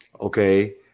Okay